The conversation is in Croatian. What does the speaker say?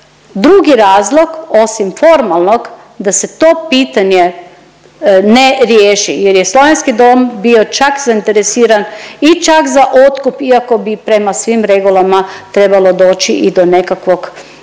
drugi razlog osim formalnog da se to pitanje ne riješi jer je Slovenski dom bio čak zainteresiran i čak za otkup iako bi prema svim regulama trebalo doći i do nekakvog